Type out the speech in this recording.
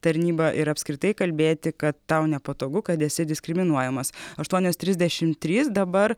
tarnybą ir apskritai kalbėti kad tau nepatogu kad esi diskriminuojamas aštuonios trisdešim trys dabar